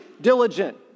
diligent